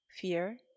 fear